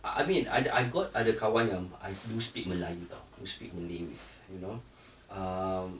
I mean I I got ada kawan I do speak melayu [tau] I do speak malay with um